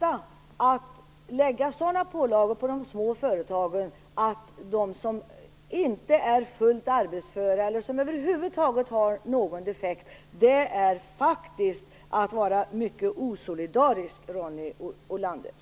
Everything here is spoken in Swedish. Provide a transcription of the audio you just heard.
Att lägga sådana pålagor på de små företagen är faktiskt att vara mycket osolidarisk med dem som inte är fullt arbetsföra eller som har någon defekt över huvud taget.